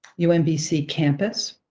you know umbc campus,